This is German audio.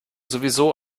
sowieso